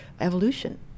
evolution